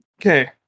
Okay